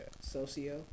Socio